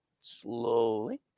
slowly